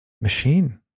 machine